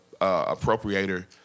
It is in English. appropriator